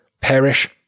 perish